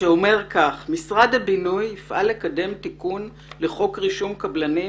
שאומר כך: "משרד הבינוי יפעל לקדם תיקון לחור רישום קבלנים